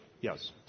Yes